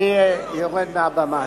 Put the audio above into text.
אני יורד מהבמה.